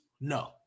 no